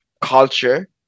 culture